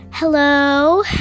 Hello